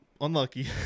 unlucky